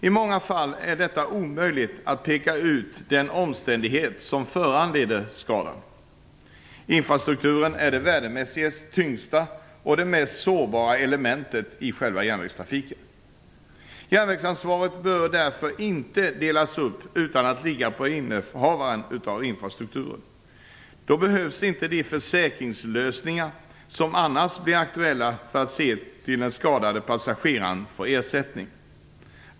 I många fall är det omöjligt att peka ut den omständighet som föranledde skadan. Infrastrukturen är det värdemässigt tyngsta och det mest sårbara elementet i järnvägstrafiken. Järnvägsansvaret bör därför inte delas upp utan ligga på innehavaren av infrastrukturen. Då behövs inte de försäkringslösningar som annars blir aktuella för att se till att den skadade passageraren får ersättning.